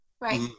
right